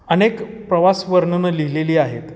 अनेक प्रवासवर्णनं लिहिलेली आहेत